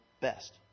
best